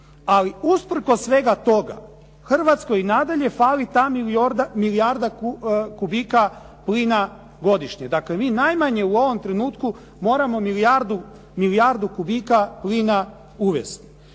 Ali usprkos svega toga, Hrvatskoj i dalje fali ta milijarda kubika plina godišnje. Dakle mi najmanje u ovom trenutku moramo milijardu kubika plina uvesti.